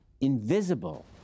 invisible